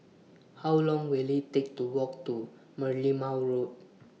How Long Will IT Take to Walk to Merlimau Road